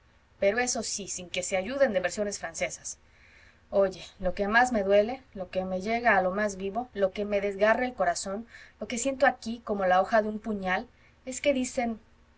pero eso sí sin que se ayuden de versiones francesas oye lo que más me duele lo que me llega a lo más vivo lo que me desgarra el corazón lo que siento aquí como la hoja de un puñal es que dicen